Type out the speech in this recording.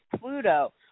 Pluto